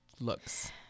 looks